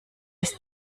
ist